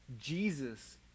Jesus